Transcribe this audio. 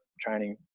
training